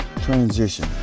transition